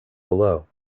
below